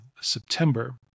September